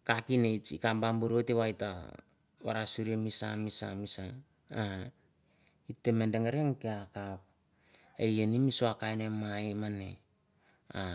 Kakineits a kap ba bur oit vai ta varasuri mi sa misa misa misa, a it te me dengeria nge kea a kap e i nimin sua kain mai mane.